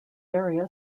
area